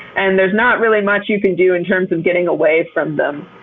and there's not really much you can do in terms of getting away from them.